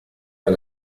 على